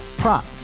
Prop